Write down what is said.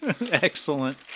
excellent